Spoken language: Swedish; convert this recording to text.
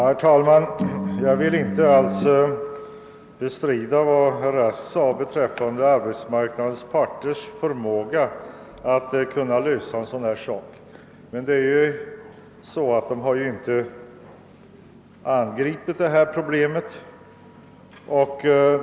Herr talman! Jag vill inte alls bestrida riktigheten av vad herr Rask sade beträffande arbetsmarknadens parters förmåga att kunna lösa en sådan här fråga. Men de har ju inte angripit detta problem.